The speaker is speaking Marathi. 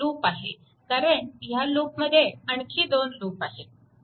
कारण ह्या लूपमध्ये आणखी दोन लूप आहेत